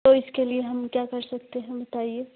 तो इसके लिए हम क्या कर सकते हैं बताइए